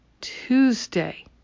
Tuesday